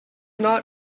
not